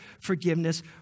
forgiveness